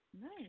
Nice